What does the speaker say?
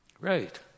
Right